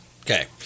Okay